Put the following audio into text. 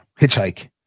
hitchhike